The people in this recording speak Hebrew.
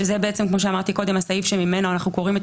שזה כמו שאמרתי קודם הסעיף שממנו אנחנו קוראים את